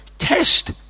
test